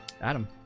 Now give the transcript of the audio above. Adam